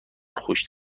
خوش